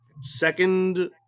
second